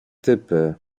typy